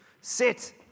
Sit